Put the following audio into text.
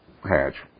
hatch